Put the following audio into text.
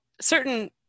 certain